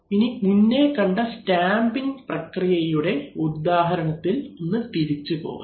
ഇനി മുന്നേ കണ്ട സ്റ്റാമ്പിങ് പ്രക്രിയയുടെ ഉദാഹരണത്തിൽ ഒന്ന് തിരിച്ചു പോകാം